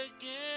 again